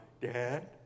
dad